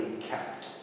kept